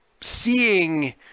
seeing